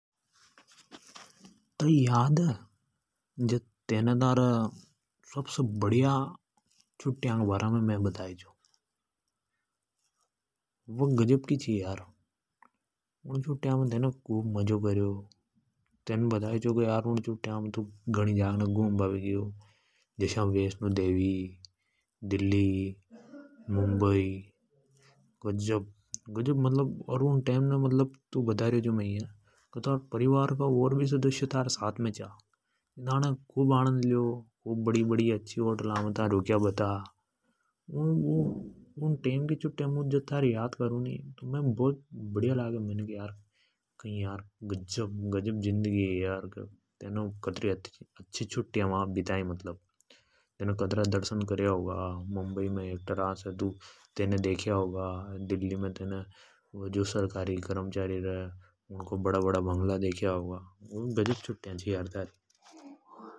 तेई याद है जद तेने थारी छुट्या के बारा मे मै बताइ छो। वे गजब की छि यार। उन छुट्या मे तेने घनो मजो करो। तेने बताई छो की यार उन छुट्या मे घूमबा भी ग्यो। जसा की वैष्णो देवी, दिल्ली, मुंबई गजब। और तूने बताइ की थारा परिवार का और भी सदस्य थारे साथ मे छा। था बड़ी बड़ी होटल मे रुकेया बता। उन टेम की छुट् या मु याद करू नि जब घनो बडीआ लागे। गजब दर्शन कर्या होगा। मुंबई मे तेने एकटरा ने देख्या होगा। दिल्ली मे अधिकारी का बंगला देख्या होगा।